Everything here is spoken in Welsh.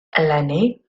eleni